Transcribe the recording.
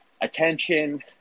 attention